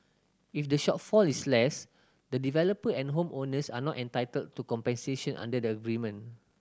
if the shortfall is less the developer and home owners are not entitled to compensation under the agreement